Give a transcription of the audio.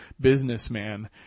businessman